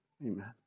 Amen